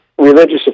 religious